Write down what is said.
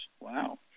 Wow